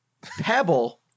Pebble